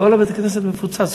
כל בית-הכנסת מפוצץ.